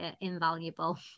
invaluable